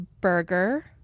burger